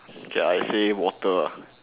k lah I say water ah